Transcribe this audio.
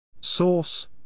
Source